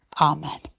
Amen